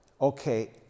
Okay